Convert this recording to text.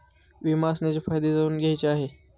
विमा असण्याचे फायदे जाणून घ्यायचे आहे